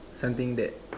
something that